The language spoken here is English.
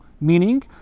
meaning